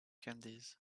candies